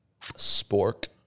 Spork